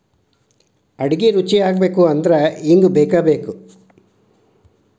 ಅಡಿಗಿ ರುಚಿಯಾಗಬೇಕು ಅಂದ್ರ ಇಂಗು ಬೇಕಬೇಕ